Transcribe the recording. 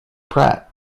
pratt